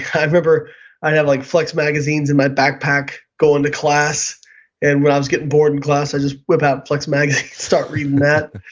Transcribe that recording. i remember i'd have like flex magazines in my backpack going to class and when i was getting bored in class i'd just whip out a flex magazine and start reading that.